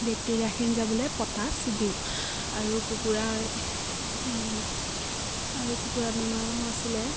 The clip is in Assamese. বেক্টেৰিয়াখিন যাবলে পটাচ দিওঁ আৰু কুকুৰাৰ আৰু কুকুৰাৰ বেমাৰো আছিলে